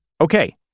Okay